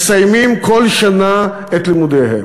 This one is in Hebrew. מסיימים כל שנה את לימודיהם.